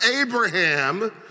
Abraham